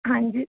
ਹਾਂਜੀ